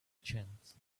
chance